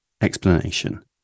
explanation